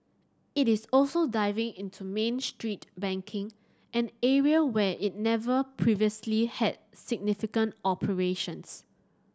it is also diving into Main Street banking an area where it never previously had significant operations